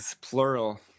plural